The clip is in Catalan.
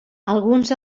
alguns